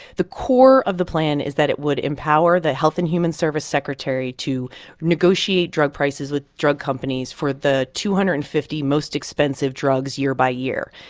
the core of the plan is that it would empower the health and human service secretary to negotiate drug prices with drug companies for the two hundred and fifty most expensive drugs year by year.